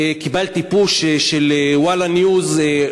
קיבלתי push של "וואלה! news",